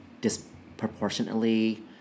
disproportionately